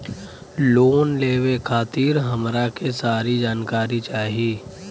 Loan लेवे खातीर हमरा के सारी जानकारी चाही?